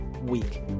week